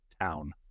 town